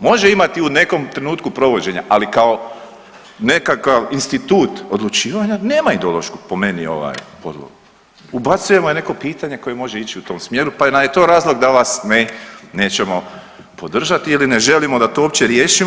može imati u nekom trenutku provođenja, ali kao nekakav institut odlučivanja nema ideološku po meni ovaj podlogu, ubacujemo i neko pitanje koje može ići u tom smjeru pa nam je to razlog da vas nećemo podržati ili ne želimo da to uopće riješimo.